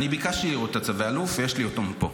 אני ביקשתי לראות את צווי האלוף, ויש לי אותם פה.